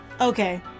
Okay